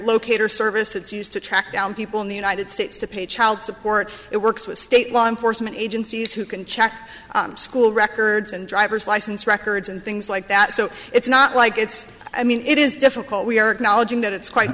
locator service that's used to track down people in the united states to pay child support it works with state law enforcement agencies who can check school records and driver's license records and things like that so it's not like it's i mean it is difficult we are acknowledging that it's quite